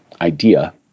idea